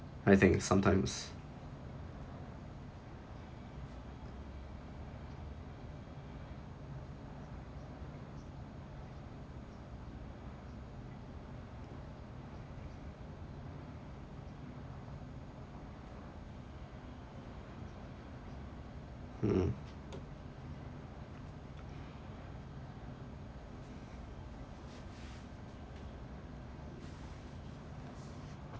I think sometimes mmhmm